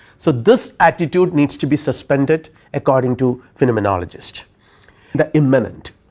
so, this attitude needs to be suspended according to phenomenologist the immanent,